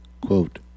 Quote